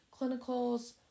clinicals